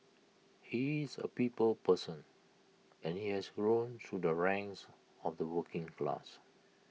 he is A people's person and he has grown through the ranks of the working class